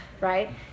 right